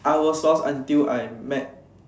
I was lost until I met